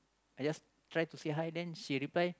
I just try to say hi then she reply